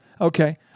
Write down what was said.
Okay